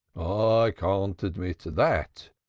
i can't admit that.